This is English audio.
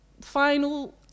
final